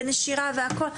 ונשירה והכל,